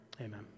amen